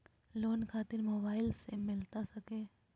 Loan खातिर mobile से मिलता सके?